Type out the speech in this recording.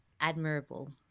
admirable